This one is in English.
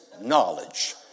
knowledge